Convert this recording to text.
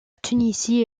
tunisie